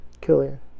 Killian